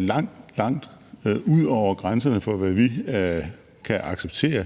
langt, langt ud over grænserne for, hvad vi kan acceptere.